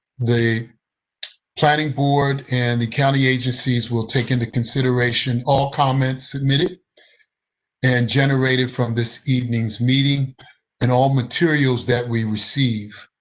the planning board and the county agencies will take into consideration all comments submitted and generated from this evening's meeting and all materials that we receive.